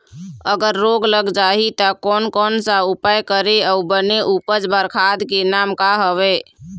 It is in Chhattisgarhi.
अगर रोग लग जाही ता कोन कौन सा उपाय करें अउ बने उपज बार खाद के नाम का हवे?